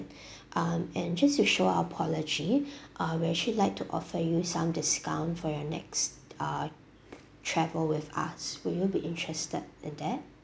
um and just to show our apology uh we actually like to offer you some discount for your next uh travel with us would you be interested in that